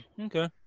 Okay